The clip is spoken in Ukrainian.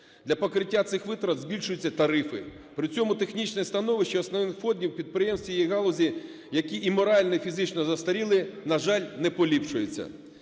Для покриття цих витрат збільшуються тарифи, при цьому технічне становище основних фондів підприємств цієї галузі, які і морально, і фізично застарілі, на жаль, не поліпшується.